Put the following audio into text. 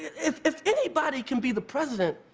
if if anybody can be the president,